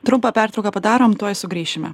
trumpą pertrauką padarom tuoj sugrįšime